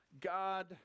God